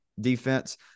defense